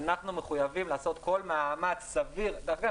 אנחנו מחויבים לעשות כל מאמץ סביר אני